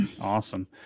Awesome